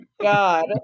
God